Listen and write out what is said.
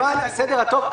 למען הסדר הטוב,